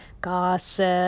Gossip